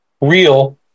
real